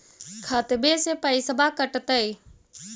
खतबे से पैसबा कटतय?